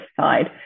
side